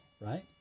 right